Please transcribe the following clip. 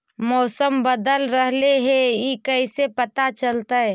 मौसम बदल रहले हे इ कैसे पता चलतै?